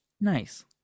Nice